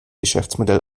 geschäftsmodell